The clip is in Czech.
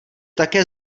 také